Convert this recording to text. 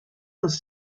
los